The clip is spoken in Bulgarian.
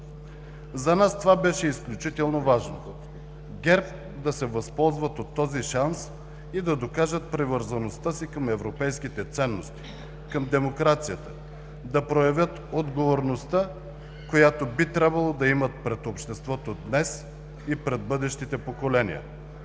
За нас това беше изключително важно – ГЕРБ да се възползват от този шанс и да докажат привързаността си към европейските ценности, към демокрацията, да проявят отговорността, която би трябвало да имат пред обществото днес и пред бъдещите поколения,